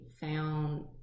found